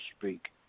speak